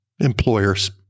employer's